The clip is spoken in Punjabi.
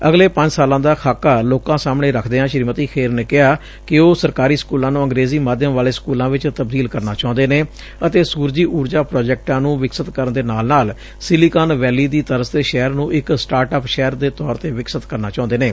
ਅਗਲੇ ਪੰਜ ਸਾਲਾਂ ਦਾ ਖਾਕਾ ਲੋਕਾ ਸਾਹਮਣੇ ਰਖਦਿਆਂ ਸ੍ਰੀਮਤੀ ਖੇਰ ਨੇ ਕਿਹਾ ਕਿ ਉਹ ਸਰਕਾਰੀ ਸਕੁਲਾਂ ਨੂੰ ਅੰਗਰੇਜ਼ੀ ਮਾਧਿਅਮ ਵਾਲੇ ਸਕੁਲਾ ਚ ਤਬਦੀਲ ਕਰਨਾ ਚਾਹੰਦੇ ਨੇ ਅਤੇ ਸੁਰਜੀ ਉਰਜਾ ਪ੍ਰਾਜੈਕਟਾ ਨੰ ਵਿਕਸਤ ਕਰਨ ਦੇ ਨਾਲ ਨਾਲ ਸਿਲੀਕਾਨ ਵੈਲੀ ਦੀ ਤਰਜ਼ ਤੇ ਸ਼ਹਿਰ ਨੂੰ ਇਕ ਸਟਾਰਟ ਅੱਪ ਸ਼ਹਿਰ ਦੇ ਤੌਰ ਤੇ ਵਿਕਸਤ ਕਰਨਾ ਚਾਹੁੰਦੇ ਨੇ